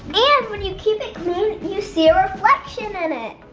and when you keep it clean you see a reflection in it!